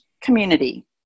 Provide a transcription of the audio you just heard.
community